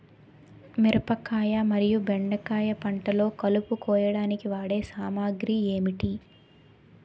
మిరపకాయ మరియు బెండకాయ పంటలో కలుపు కోయడానికి వాడే సామాగ్రి ఏమిటి?